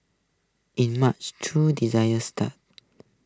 in March true designer start